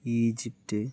Egypt